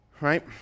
Right